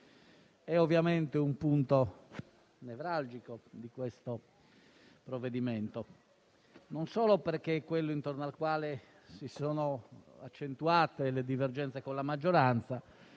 ovviamente di un punto nevralgico di questo provvedimento, non solo perché è quello intorno al quale si sono accentuate le divergenze con la maggioranza,